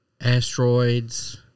asteroids